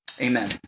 Amen